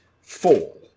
fall